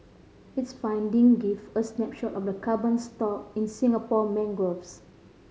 its finding give a snapshot of the carbon stock in Singapore mangroves